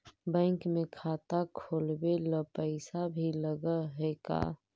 Bank में खाता खोलाबे ल पैसा भी लग है का?